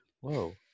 Whoa